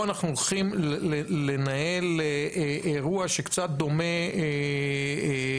אנחנו הולכים לנהל אירוע שקצת דומה לאירוע,